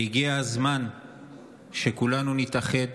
הגיע הזמן שכולנו נתאחד